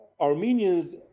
Armenians